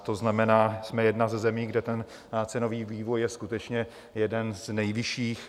To znamená, jsme jedna ze zemí, kde cenový vývoj je skutečně jeden z nejvyšších.